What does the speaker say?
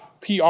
PR